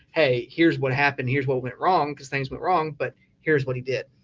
hey, here's what happened. here's what went wrong, cause things went wrong, but here's what he did.